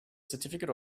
certificate